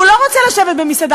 והוא לא רוצה לשבת במסעדה,